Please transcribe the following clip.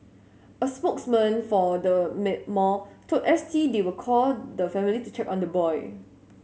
a spokesman for the mad mall told S T they will call the family to check on the boy